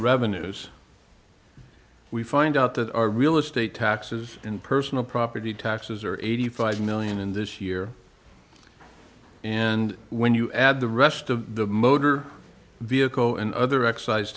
revenues we find out that our real estate taxes and personal property taxes are eighty five million in this year and when you add the rest of the motor vehicle and other excise